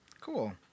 Cool